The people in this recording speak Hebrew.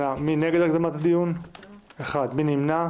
הצבעה בעד, 8 נגד, 1 נמנעים,